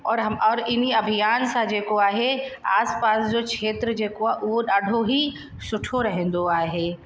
और हम इन अभियान सां जेको आहे आसपास जो खेत्र जेको आहे उहा ॾाढो ई सुठो रहंदो आहे